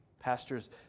Pastors